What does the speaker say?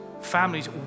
families